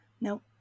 nope